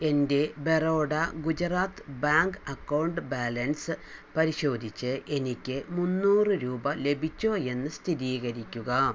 എൻ്റെ Baroda Gujarat bank account balance പരിശോധിച്ച് എനിക്ക് മുന്നൂറ് രൂപ ലഭിച്ചോ എന്ന് സ്ഥിരീകരിക്കുക